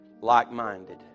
like-minded